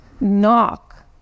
Knock